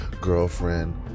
girlfriend